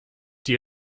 die